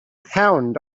hound